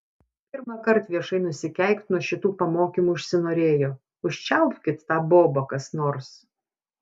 pirmąkart viešai nusikeikt nuo šitų pamokymų užsinorėjo užčiaupkit tą bobą kas nors